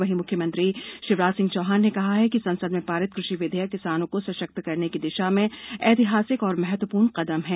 वहीं मुख्यमंत्री शिवराज सिंह चौहान ने कहा है कि संसद में पारित कृषि विधेयक किसानों को सशक्त करने की दिशा में ऐतिहासिक और महत्वपूर्ण कदम है